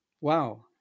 Wow